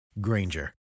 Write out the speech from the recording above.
Granger